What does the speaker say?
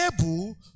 able